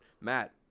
Matt